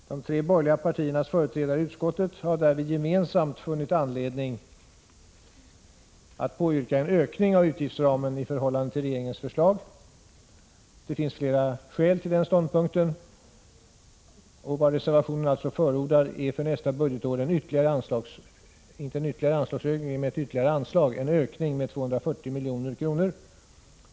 De tre borgerliga partiernas företrädare i utskottet har därvid gemensamt funnit anledning att påyrka en ökning av utgiftsramen i förhållande till regeringens förslag. Det finns flera skäl till denna ståndpunkt. Reservationen förordar således för nästa budgetår ett ytterligare anslag, innebärande en ökning med 240 milj.kr.